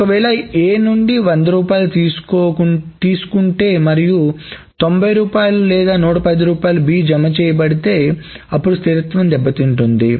ఒకవేళ A నుండి 100 రూపాయలు తీసుకుంటే మరియు 90 రూపాయలు లేదా 110 రూపాయలు B లో జమ చేయబడితే అప్పుడు స్థిరత్వం దెబ్బతింటుంది